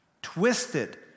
Twisted